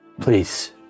Please